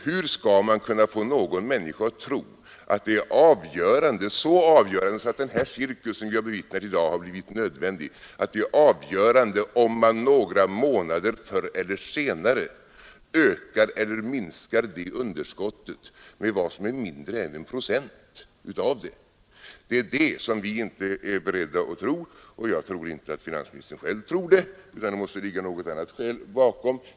Hur skall man få någon människa att tro att det är så avgörande, om man några månader förr eller senare ökar eller minskar det underskottet med mindre än 1 procent, att den cirkus som vi har fått bevittna i dag har varit nödvändig. Det tror inte vi, och det gör nog inte finansministern själv heller. Det måste ligga något annat skäl bakom.